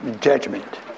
judgment